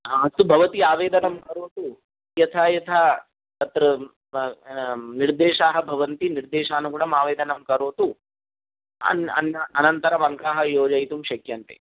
हा अस्तु भवती आवेदनं करोतु यथा यथा अत्र निर्देशाः भवन्ति निर्देशानुगुणम् आवेदनं करोतु अनन्तरम् अङ्काः योजयितुं शक्यन्ते